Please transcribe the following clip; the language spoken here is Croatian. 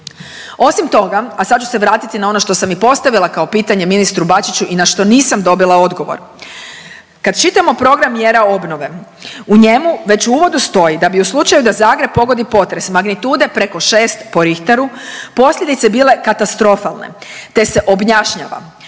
Osim toga, a sad ću se vratiti na ono što sam i postavila kao pitanje ministru Bačiću i na što nisam dobila odgovor. Kad čitamo program mjera obnove u njemu već u uvodu stoji da bi u slučaju da Zagreb pogodi potres magnitude preko 6 po Richteru posljedice bile katastrofalne te se objašnjava